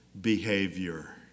behavior